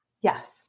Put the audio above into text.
Yes